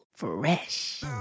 Fresh